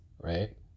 right